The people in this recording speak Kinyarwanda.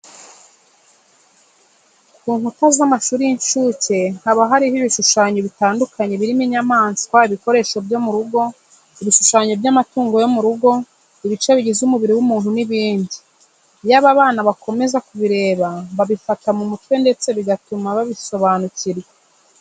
Ku nkuta z'amashuri y'incuke haba hariho ibishushanyo bitandukanye birimo inyamaswa, ibikoresho byo mu rugo, ibishushanyo by'amatungo yo mu rugo, ibice bigize umubiri w'umuntu n'ibindi. Iyo aba bana bakomeza kubireba babifata mu mutwe ndetse bigatuma babisobanukirwa.